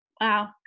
Wow